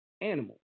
Animal